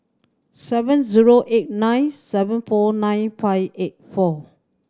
seven zero eight nine seven four nine five eight four